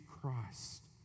Christ